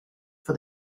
for